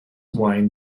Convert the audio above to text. wine